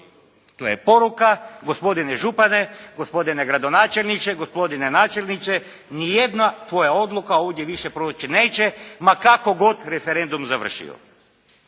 To je poruka gospodine župane, gospodine gradonačelniče, gospodine načelniče, ni jedna tvoja odluka ovdje više proći neće ma kako god referendum završio.